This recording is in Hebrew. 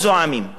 מאוד ממורמרים,